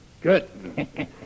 Good